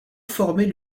formait